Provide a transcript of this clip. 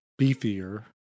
beefier